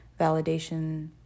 validation